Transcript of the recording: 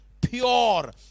pure